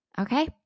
Okay